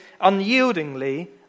unyieldingly